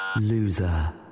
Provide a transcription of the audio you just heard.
Loser